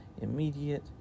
Immediate